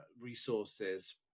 resources